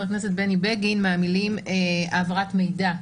הכנסת בני בגין מהמילים "העברת מידע".